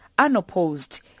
Unopposed